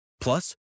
Plus